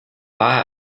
war